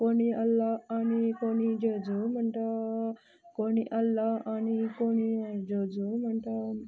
कोणी अल्लाह आनी कोणी जेजू म्हणटा कोणी अल्लाह आनी कोणी जेजू म्हणटा